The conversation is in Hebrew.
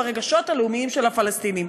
ברגשות הלאומיים של הפלסטיניים.